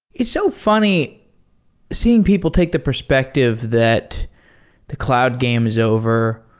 it's so funny seeing people take the perspective that the cloud game is over.